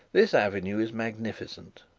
this avenue is magnificent,